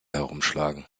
herumschlagen